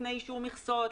לפני אישור מכסות,